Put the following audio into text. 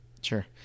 Sure